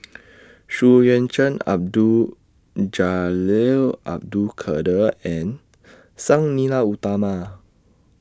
Xu Yuan Zhen Abdul Jalil Abdul Kadir and Sang Nila Utama